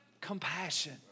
compassion